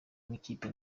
nk’ikipe